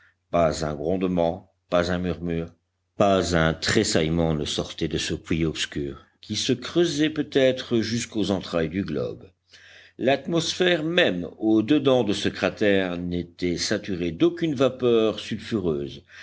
pas un grondement pas un murmure pas un tressaillement ne sortait de ce puits obscur qui se creusait peut-être jusqu'aux entrailles du globe l'atmosphère même au dedans de ce cratère n'était saturée d'aucune vapeur sulfureuse